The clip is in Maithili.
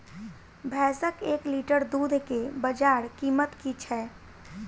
भैंसक एक लीटर दुध केँ बजार कीमत की छै?